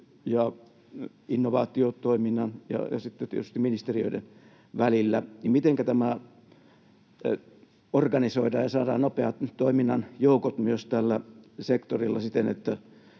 innovaatiotoiminnan ja sitten tietysti ministeriöiden välillä. Mitenkä tämä organisoidaan ja saadaan nopean toiminnan joukot myös tällä sektorilla siten, että